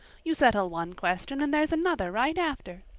you settle one question and there's another right after.